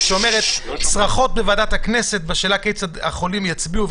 שאומרת: "צרחות בוועדת הכנסת בשאלה כיצד החולים יצביעו".